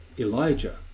Elijah